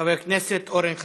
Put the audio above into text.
חבר הכנסת אורן חזן.